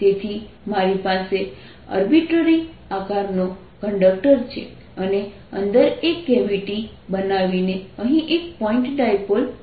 તેથી મારી પાસે અર્બિટ્રરી આકારનો કંડક્ટર છે અને અંદર એક કેવિટી બનાવીને અહીં એક પોઇન્ટ ડાયપોલ મૂકો